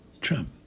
Trump